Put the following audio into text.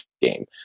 game